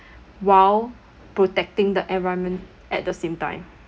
while protecting the environment at the same time